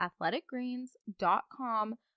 athleticgreens.com